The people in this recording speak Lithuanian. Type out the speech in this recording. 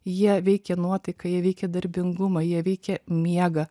jie veikia nuotaiką jie veikia darbingumą jie veikia miegą